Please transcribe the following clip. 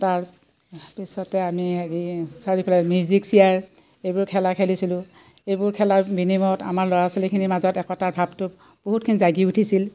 তাৰপিছতে আমি হেৰি চাৰিওফালে মিউজিক চিয়াৰ এইবোৰ খেলা খেলিছিলোঁ এইবোৰ খেলাৰ বিনিময়ত আমাৰ ল'ৰা ছোৱালীখিনিৰ মাজত একতাৰ ভাৱটো বহুতখিনি জাগি উঠিছিল